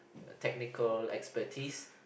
technical expertise